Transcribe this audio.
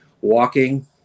walking